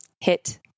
hit